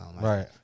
right